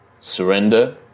Surrender